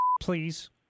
please